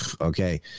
okay